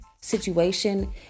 situation